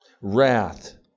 wrath